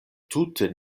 tute